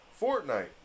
Fortnite